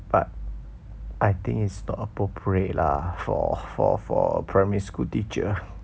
but I think it's not appropriate lah for for for primary school teacher